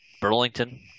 Burlington